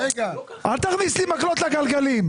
אל תכניס לי מקלות בגלגלים.